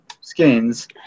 skins